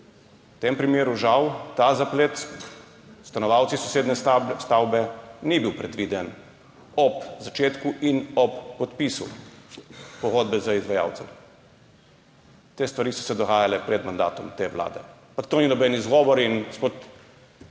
V tem primeru žal ta zaplet s stanovalci sosednje stavbe ni bil predviden ob začetku in ob podpisu pogodbe z izvajalcem. Te stvari so se dogajale pred mandatom te vlade, pa to ni noben izgovor, in gospod